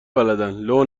بلدن، لو